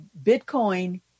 Bitcoin